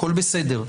הכול בסדר,